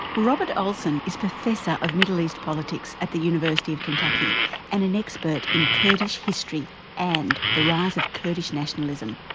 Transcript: robert olsen is professor of middle east politics at the university of kentucky and an expert in kurdish history and the rise of kurdish nationalism.